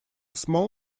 small